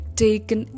taken